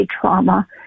trauma